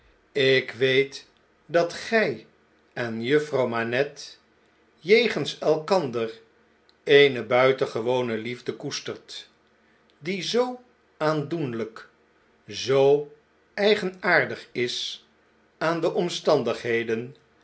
ik weet dat gjj en juffrouw manette jegens elkander eene buitengewone liefde koestert die zoo aandoenlijk zoo eigenaardig is aan de omstandigheden